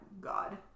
God